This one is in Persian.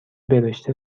برشته